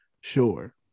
sure